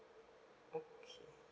okay